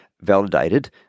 validated